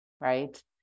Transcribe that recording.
right